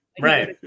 Right